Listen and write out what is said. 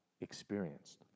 experienced